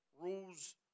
rules